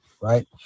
right